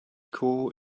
core